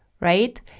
right